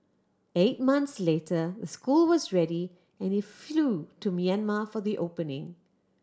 eight months later the school was ready and he flew to Myanmar for the opening